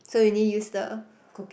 so you only use the